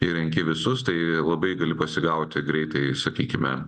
ir renki visus tai labai gali pasigauti greitai sakykime